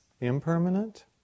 impermanent